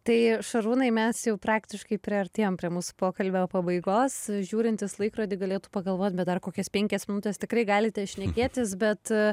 tai šarūnai mes jau praktiškai priartėjom prie mūsų pokalbio pabaigos žiūrintys laikrodį galėtų pagalvot bet dar kokias penkias minutes tikrai galite šnekėtis bet